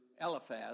Eliphaz